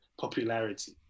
popularity